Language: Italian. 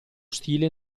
stile